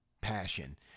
passion